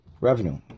revenue